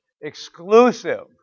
Exclusive